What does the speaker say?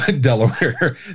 Delaware